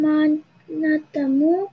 Manatamu